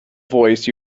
voice